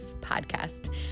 podcast